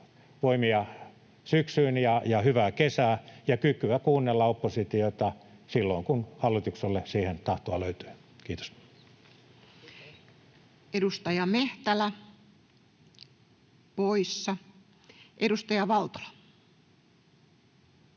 voimia syksyyn ja hyvää kesää ja kykyä kuunnella oppositiota silloin, kun hallitukselta siihen tahtoa löytyy. — Kiitos. [Speech 318] Speaker: